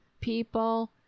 people